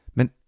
Men